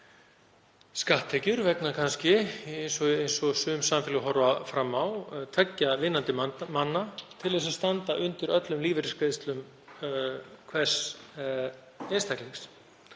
skatttekjur, eins og sum samfélög horfa fram á, tveggja vinnandi manna til að standa undir öllum lífeyrisgreiðslum hvers einstaklings.